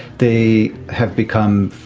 they have become,